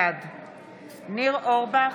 בעד ניר אורבך,